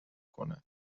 کنند